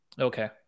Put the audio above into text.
Okay